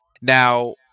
now